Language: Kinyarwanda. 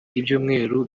ibyumweru